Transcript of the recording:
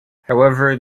however